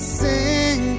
sing